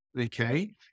okay